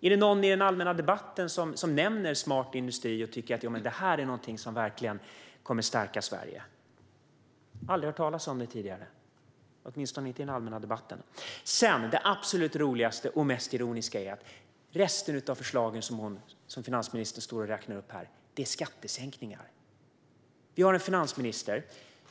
Är det någon i den allmänna debatten som nämner smart industri och tycker att det är någonting som kommer att stärka Sverige? Jag har aldrig hört talas om det tidigare, åtminstone inte i den allmänna debatten. Det absolut roligaste och mest ironiska är dock att resten av de förslag som finansministern står och räknar upp här är skattesänkningar. Vi har en finansminister